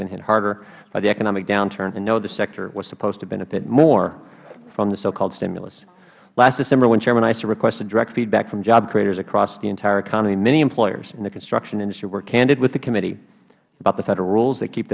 been hit harder by the economic downturn and no other sector was supposed to benefit more from the so called stimulus last december when chairman issa requested direct feedback from job creators across the entire economy many employers in the construction industry were candid with the committee about the federal rules that keep